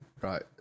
right